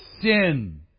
sin